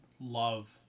love